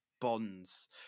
bonds